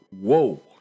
whoa